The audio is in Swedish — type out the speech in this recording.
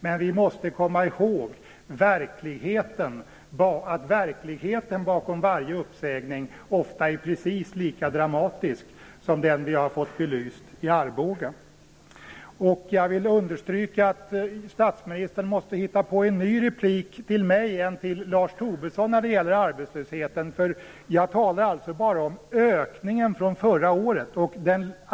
Men vi måste komma ihåg att verkligheten bakom varje uppsägning ofta är precis lika dramatisk som den vi har fått belyst i Arboga. Jag vill understryka att statsministern måste hitta på en annan replik till mig än till Lars Tobisson när det gäller arbetslösheten. Jag talar bara om ökningen från förra året.